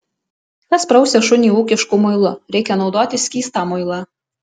kas prausia šunį ūkišku muilu reikia naudoti skystą muilą